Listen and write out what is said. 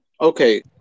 okay